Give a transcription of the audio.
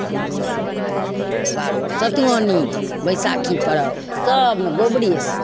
एगो आरो सतुआनी बैशाखी पर्व सबमे गोबरेसँ